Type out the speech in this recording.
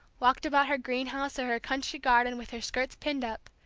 walked about her greenhouse or her country garden with her skirts pinned up,